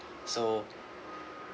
so